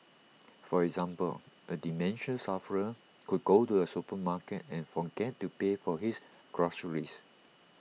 for example A dementia sufferer could go to A supermarket and forget to pay for his groceries